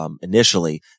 initially